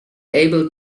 able